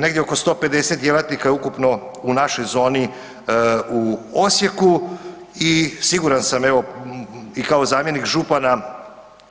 Negdje oko 150 djelatnika je ukupno u našoj zoni u Osijeku i siguran sam, evo i kao zamjenik župana